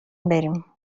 بریم